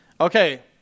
Okay